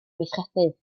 gweithredu